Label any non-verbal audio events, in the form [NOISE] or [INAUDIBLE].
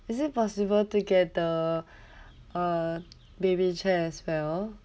is it possible to get the [BREATH] uh baby chair as well